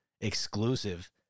exclusive